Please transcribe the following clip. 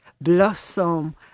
Blossom